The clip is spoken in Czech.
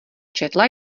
četla